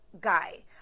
guy